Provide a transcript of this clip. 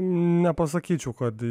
nepasakyčiau kad